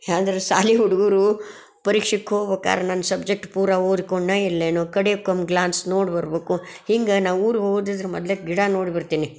ಅಂದ್ರ ಶಾಲೆ ಹುಡ್ಗರೂ ಪರೀಕ್ಷಕ್ಕೋ ಹೋಕ್ಯಾರ ನನ್ನ ಸಬ್ಜೆಕ್ಟ್ ಪೂರಾ ಓದಿಕೊಂಡೆನ ಇಲ್ಲೇನು ಕಡೇಕೊಮ್ಮೆ ಗ್ಲಾನ್ಸ್ ನೋಡಿ ಬರ್ಬೇಕು ಹಿಂಗೆ ನಾವು ಊರಿಗೆ ಹೋಗೋದಿದ್ರೆ ಮೊದಲೇ ಗಿಡ ನೋಡಿ ಬರ್ತೀನಿ